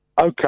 Okay